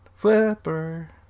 Flipper